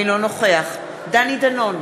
אינו נוכח דני דנון,